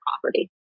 property